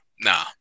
Nah